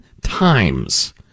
times